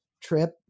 trip